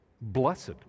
blessed